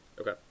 Okay